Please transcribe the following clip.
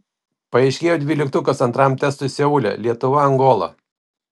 paaiškėjo dvyliktukas antram testui seule lietuva angola